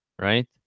right